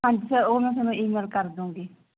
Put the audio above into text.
ਹਾਂਜੀ ਸਰ ਉਹ ਮੈਂ ਤੁਹਾਨੂੰ ਈਮੇਲ ਕਰ ਦਵਾਂਗੀ